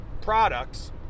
products